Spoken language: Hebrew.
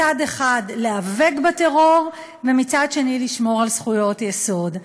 מצד אחד להיאבק בטרור ומצד שני לשמור על זכויות יסוד?